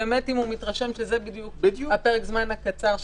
אם הוא מתרשם שזה בדיוק פרק הזמן הקצר שנדרש.